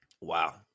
Wow